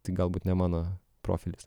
tai galbūt ne mano profilis